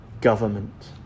government